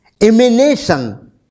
emanation